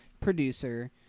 producer